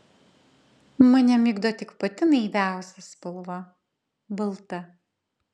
mane migdo tik pati naiviausia spalva balta